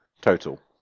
total